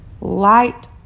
light